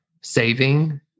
saving